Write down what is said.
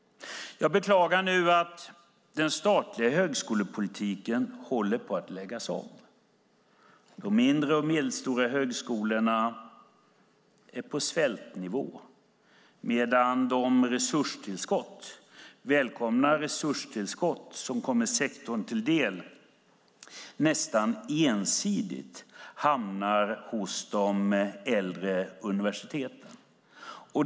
Jag beklagar att den statliga högskolepolitiken nu håller på att läggas om. De mindre och medelstora högskolorna är på svältnivå medan de välkomna resurstillskott som kommer sektorn till del nästan ensidigt hamnar hos de äldre universiteten.